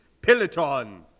Peloton